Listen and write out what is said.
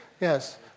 Yes